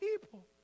people